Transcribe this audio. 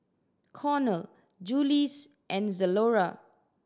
Cornell Julie's and Zalora